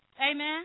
Amen